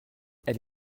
elle